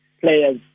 players